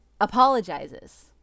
apologizes